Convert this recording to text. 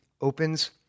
opens